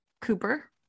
cooper